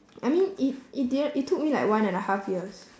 I mean it it didn~ it took me like one and a half years